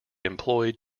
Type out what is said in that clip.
employed